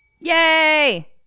Yay